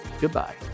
Goodbye